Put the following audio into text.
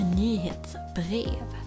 nyhetsbrev